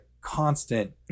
constant